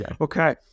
okay